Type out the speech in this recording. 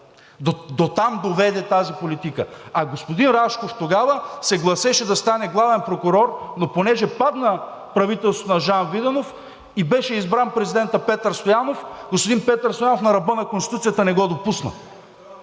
дотам доведе тази политика. А господин Рашков тогава се гласеше да стане главен прокурор, но понеже падна правителството на Жан Виденов и беше избран президентът Петър Стоянов, господин Петър Стоянов, на ръба на Конституцията, не го допусна,